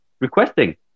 requesting